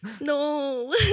No